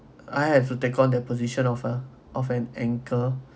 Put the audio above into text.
I have to take on the position of a of an anchor